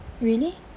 really